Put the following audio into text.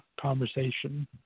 conversation